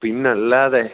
പിന്നെയല്ലാതെ